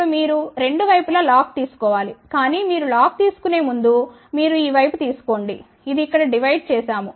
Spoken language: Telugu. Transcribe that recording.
ఇప్పుడు మీరు రెండు వైపులా లాగ్ తీసుకో వాలి కానీ మీరు లాగ్ తీసుకొనే ముందు మీరు ఈ వైపు తీసుకోండి ఇది ఇక్కడ డివైడ్ చేశాము